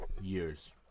years